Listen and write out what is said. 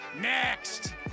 next